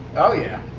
oh, yeah.